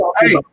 Hey